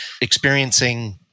experiencing